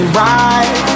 right